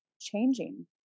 changing